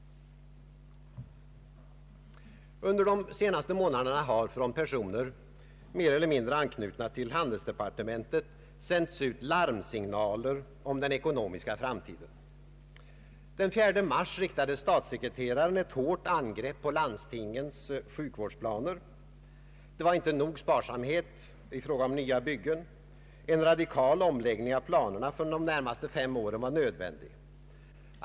Under de senaste månaderna har från personer mer eller mindre anknutna till finansdepartementet sänts ut larmsignaler om den ekonomiska framtiden. Den 4 mars riktade statssekreteraren ett hårt angrepp på landstingens sjukvårdsplaner. Det var inte nog med sparsamhet i fråga om nya byggen. En radikal omläggning av planerna för de närmaste fem åren var nödvändig.